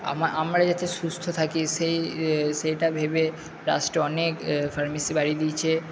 আমরা যাতে সুস্থ থাকি সেই সেইটা ভেবে রাষ্ট্র অনেক ফার্মেসি বাড়িয়ে দিয়েছে